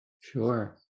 Sure